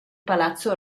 palazzo